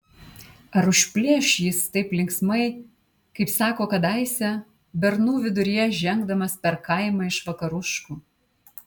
ar užplėš jis taip linksmai kaip sako kadaise bernų viduryje žengdamas per kaimą iš vakaruškų